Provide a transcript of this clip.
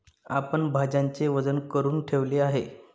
आपण भाज्यांचे वजन करुन ठेवले आहे